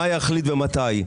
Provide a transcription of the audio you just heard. מה יחליט ומתי.